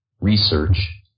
research